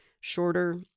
shorter